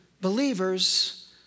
believers